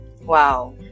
Wow